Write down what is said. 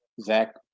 Zach